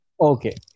Okay